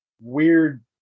weird